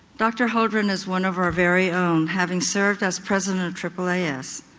dr holdren is one of our very own, having served as president of aaas.